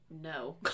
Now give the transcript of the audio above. No